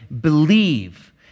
believe